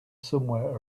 somewhere